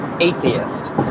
atheist